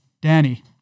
Danny